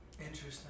Interesting